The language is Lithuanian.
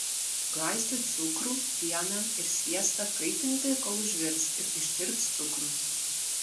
glaistui cukrų pieną ir sviestą kaitinti kol užvirs ir ištirps cukrus